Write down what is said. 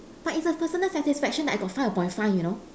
but it's a personal satisfaction that I got five upon five you know